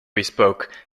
bespoke